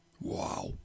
Wow